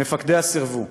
מפקדיה סירבו.